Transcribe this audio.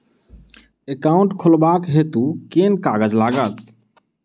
Account खोलाबक हेतु केँ कागज लागत?